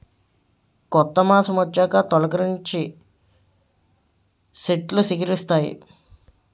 కొత్త మాసమొచ్చాక తొలికరించి సెట్లు సిగిరిస్తాయి